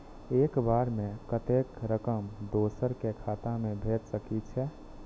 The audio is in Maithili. एक बार में कतेक रकम दोसर के खाता में भेज सकेछी?